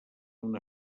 una